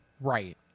Right